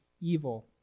evil